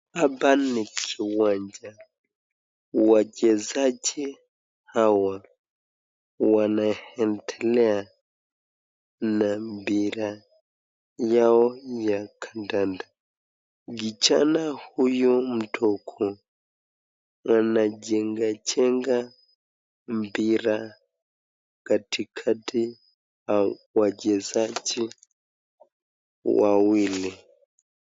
Hapa ni kiwanja. Wachezaji hawa wanaendelea na mpira yao ya kandanda. Kijana huyo mdogo anachengachenga mpira katikati ya wachezaji wawili.